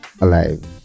alive